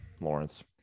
Lawrence